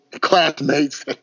classmates